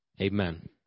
Amen